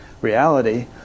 reality